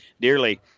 dearly